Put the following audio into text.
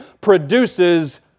produces